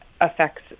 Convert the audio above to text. affects